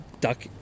duck